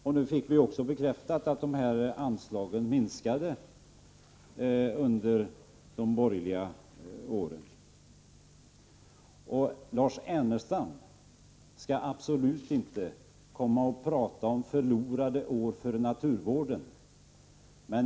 Och nu fick vi också bekräftat att de anslagen minskade under de borgerliga åren. Lars Ernestam skall absolut inte prata om förlorade år för naturvården.